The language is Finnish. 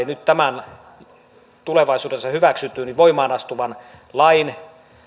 nyt tämän hyväksytyn ja tulevaisuudessa voimaan astuvan lain